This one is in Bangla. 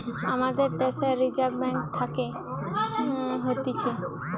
আমাদের দ্যাশের রিজার্ভ ব্যাঙ্ক থাকে হতিছে